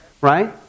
Right